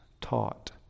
taught